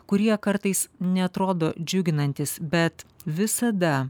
kurie kartais neatrodo džiuginantys bet visada